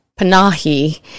Panahi